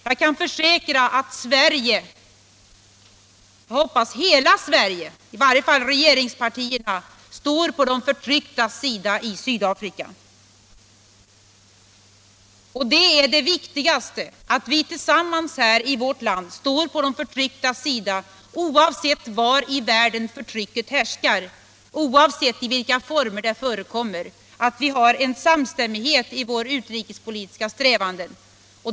Jag kan försäkra att Sverige — jag hoppas hela Sverige —- i varje fall regeringspartierna, står på de förtrycktas sida i Sydafrika. Och det är det viktigaste — att vi tillsammans här i vårt land står på de förtrycktas sida, oavsett var i världen förtrycket härskar, oavsett i vilka former det förekommer, och att vi har en samstämmighet i våra utrikespolitiska strävanden.